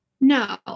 No